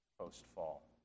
post-fall